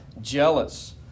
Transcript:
jealous